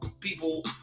people